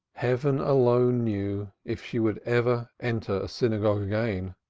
heaven alone knew if she would ever enter a synagogue again